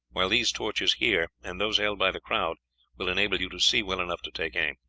while these torches here and those held by the crowd will enable you to see well enough to take aim.